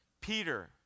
Peter